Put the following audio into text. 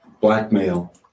blackmail